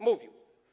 Mówił.